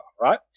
right